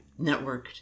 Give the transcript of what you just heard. networked